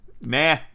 nah